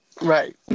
Right